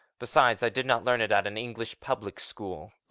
besides, i did not learn it at an english public school.